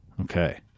okay